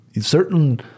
certain